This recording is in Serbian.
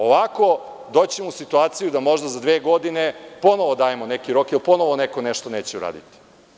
Ovako, doći ćemo u situaciju da možda za dve godine ponovo dajemo neki rok, jer ponovo neko nešto neće uraditi.